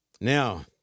Now